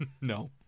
No